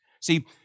See